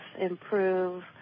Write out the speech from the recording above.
improve